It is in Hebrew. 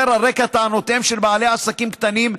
בעיקר על רקע טענותיהם של בעלי עסקים קטנים,